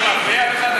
מפריע לך?